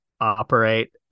operate